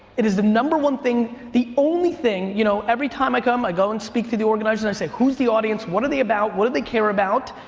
it is the number one thing. the only thing, you know, every time i come i go and speak to the organizer and i say, who's the audience? what are they about? what do they care about?